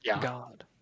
God